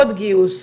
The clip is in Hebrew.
עוד גיוס,